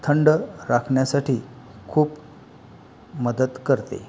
थंड राखण्यासाठी खूप मदत करते